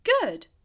Good